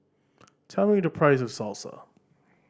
tell me the price of Salsa